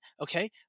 Okay